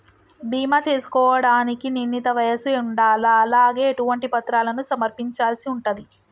బీమా చేసుకోవడానికి నిర్ణీత వయస్సు ఉండాలా? అలాగే ఎటువంటి పత్రాలను సమర్పించాల్సి ఉంటది?